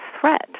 threat